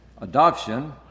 adoption